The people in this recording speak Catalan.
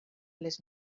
les